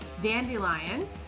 dandelion